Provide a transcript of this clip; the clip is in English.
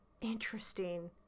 Interesting